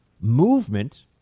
movement